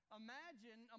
imagine